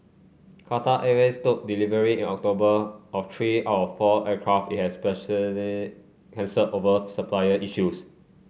Qatar Airways took delivery in October of three out of four aircraft it had cancelled over supplier issues